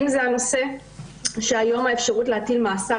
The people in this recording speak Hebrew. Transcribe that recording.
אם זה הנושא שהיום האפשרות להטיל מאסר